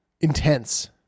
Intense